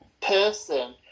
person